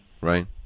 right